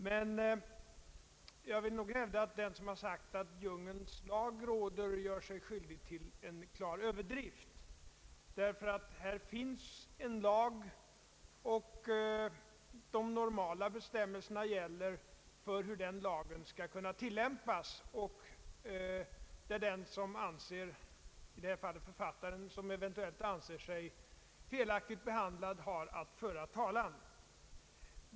Men jag vill nog hävda att den som har sagt att ”djungelns lag” råder gör sig skyldig till en klar överdrift, ty här finns en lag, och de normala bestämmelserna gäller för hur denna lag skall kunna tillämpas. Den som eventuellt anser sig felaktigt behandlad — i detta fall författaren — har ju att föra talan.